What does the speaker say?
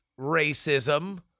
racism